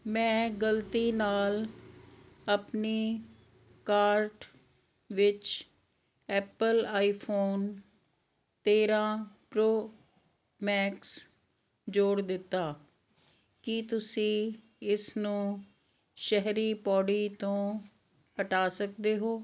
ਮੈਂ ਗਲਤੀ ਨਾਲ ਆਪਣੀ ਕਾਰਟ ਵਿੱਚ ਐਪਲ ਆਈਫੋਨ ਤੇਰ੍ਹਾਂ ਪ੍ਰੋ ਮੈਕਸ ਜੋੜ ਦਿੱਤਾ ਕੀ ਤੁਸੀਂ ਇਸ ਨੂੰ ਸ਼ਹਿਰੀ ਪੌੜੀ ਤੋਂ ਹਟਾ ਸਕਦੇ ਹੋ